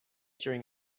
during